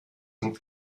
und